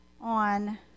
on